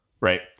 right